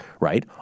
right